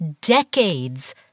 decades